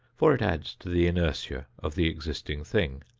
for it adds to the inertia of the existing thing.